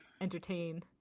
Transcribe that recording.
entertain